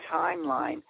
timeline